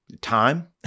time